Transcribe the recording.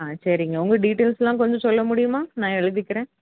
ஆ சரிங்க உங்கள் டீட்டெய்ல்ஸ்ஸெலாம் கொஞ்சம் சொல்ல முடியுமா நான் எழுதிக்கிறேன்